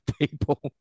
people